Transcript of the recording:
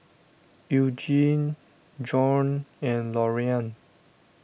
Eugene Bjorn and Loriann